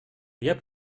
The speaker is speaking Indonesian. dia